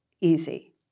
easy